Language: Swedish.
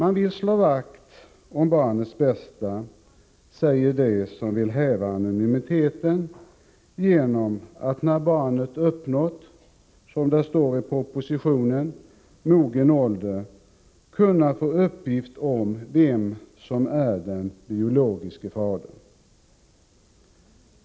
Vi vill slå vakt om barnets bästa, säger de som vill häva anonymiteten genom att tillåta att barnet när det uppnått, som det står i propositionen, mogen ålder, skall kunna få uppgift om vem som är den biologiske fadern.